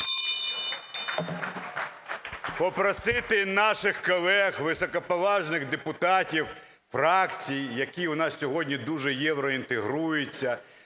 попросити наших колег, високоповажних депутатів фракцій, які в нас сьогодні дуже євроінтегруються,